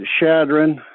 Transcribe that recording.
Shadron